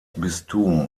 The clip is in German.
bistum